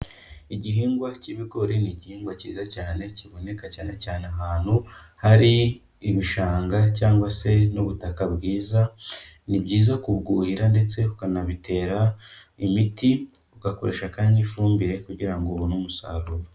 Igihingwa cy'ibigori ni igihingwa cyiza cyane, kiboneka cyane cyane ahantu hari ibishanga cyangwa se n'ubutaka bwiza, ni byiza ku kubwuhira ndetse ukanabitera imiti, ugakoresha kandi n'ifumbire kugira ngo ubone umusaruro.